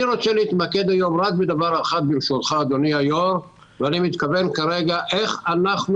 אני רוצה להתמקד בדבר אחד: איך אנחנו